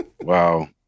wow